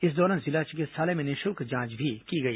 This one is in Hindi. इस दौरान जिला चिकित्सालय में निःशुल्क जांच भी की गई